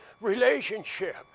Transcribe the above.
relationship